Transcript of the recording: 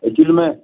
actually میں